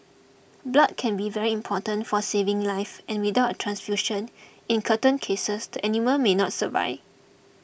blood can be very important for saving live and without a transfusion in certain cases the animal may not survive